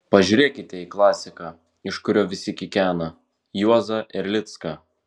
pažiūrėkite į klasiką iš kurio visi kikena juozą erlicką